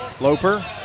Loper